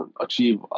achieve